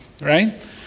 right